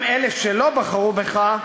גם אלה שלא בחרו בך,